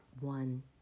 one